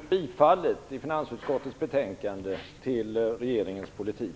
Fru talman! Finansministern var glad över bifallet i finansutskottets betänkande till regeringens politik.